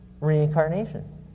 reincarnation